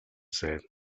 said